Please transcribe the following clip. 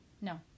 no